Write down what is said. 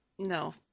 no